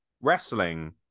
Wrestling